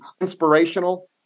inspirational